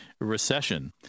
recession